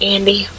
Andy